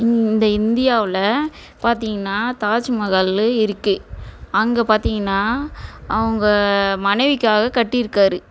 இந்த இந்தியாவில் பார்த்தீங்கன்னா தாஜ்மகால் இருக்குது அங்கே பார்த்தீங்கன்னா அவங்க மனைவிக்காக கட்டிருக்காரு